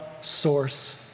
source